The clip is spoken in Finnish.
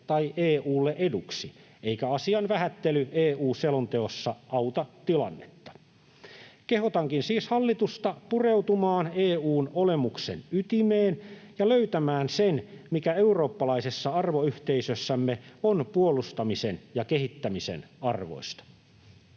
tai EU:lle eduksi, eikä asian vähättely EU-selonteossa auta tilannetta. Kehotankin siis hallitusta pureutumaan EU:n olemuksen ytimeen ja löytämään sen, mikä eurooppalaisessa arvoyhteisössämme on puolustamisen ja kehittämisen arvoista.